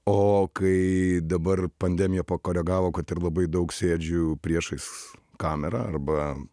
o kai dabar pandemija pakoregavo kad ir labai daug sėdžiu priešais kamerą arba